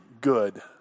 good